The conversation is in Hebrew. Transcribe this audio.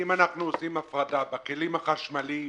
אם אנחנו עושים הפרדה בכלים החשמליים